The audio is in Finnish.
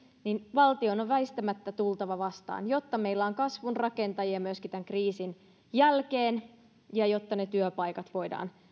valtion on väistämättä tultava vastaan jotta meillä on kasvun rakentajia myöskin tämän kriisin jälkeen ja jotta ne työpaikat voidaan